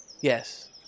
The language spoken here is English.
Yes